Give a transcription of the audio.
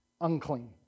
unclean